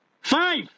Five